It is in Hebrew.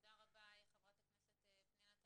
תודה רבה, חברת הכנסת פנינה תמנו-שטה.